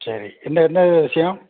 சரி என்ன என்ன விஷயம்